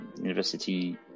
university